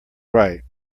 right